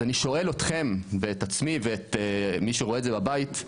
אז אני שואל אתכם ואת עצמי ואת מי שרואה את זה בבית,